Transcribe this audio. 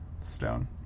stone